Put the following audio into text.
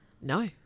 no